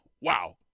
wow